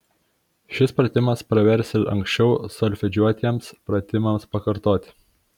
šis pratimas pravers ir anksčiau solfedžiuotiems pratimams pakartoti